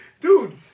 dude